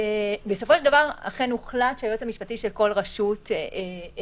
בסופו של דבר אכן הוחלט שהיועץ המשפטי של כל רשות יקבע.